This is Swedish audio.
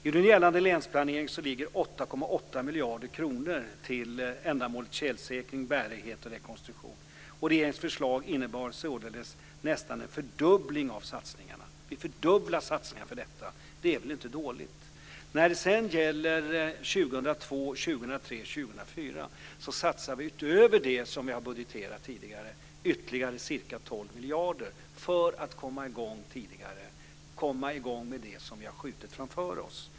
I den nu gällande länsplaneringen ligger 8,8 miljarder kronor till ändamålen tjälsäkring, bärighet och rekonstruktion. Regeringens förslag innebar således nästan en fördubbling av satsningarna. Vi fördubblar satsningarna på detta. Det är väl inte dåligt? Under 2002, 2003 och 2004 satsar vi, utöver det som vi har budgeterat tidigare, ytterligare ca 12 miljarder för att komma i gång tidigare med det som vi har skjutit framför oss.